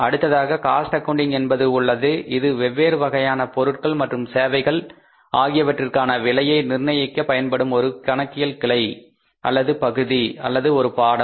அடுத்ததாக cost accounting என்பது உள்ளது இது வெவ்வேறு வகையான பொருட்கள் மற்றும் சேவைகள் ஆகியவற்றிற்கான விலையை நிர்ணயிக்க பயன்படும் ஒரு கணக்கியல் கிளை அல்லது பகுதி அல்லது ஒரு பாடம்